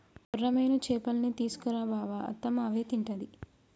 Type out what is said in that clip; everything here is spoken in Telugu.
కొర్రమీను చేపల్నే తీసుకు రా బావ అత్తమ్మ అవే తింటది